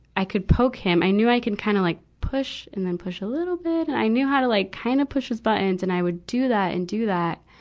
i could poke him. i knew i could kind of like push, and then push a little bit. and i knew how to like kind of push his buttons, and i would do that and do that.